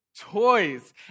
toys